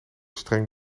streng